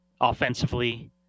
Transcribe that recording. Offensively